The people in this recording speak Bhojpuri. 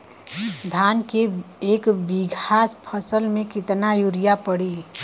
धान के एक बिघा फसल मे कितना यूरिया पड़ी?